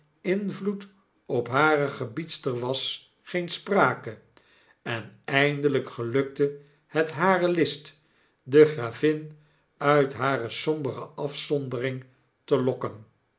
invloed op hare gebiedster was geen sprake en eindelyk gelukte het hare list de gravin uit hare sombere afzondering te lokken